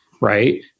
right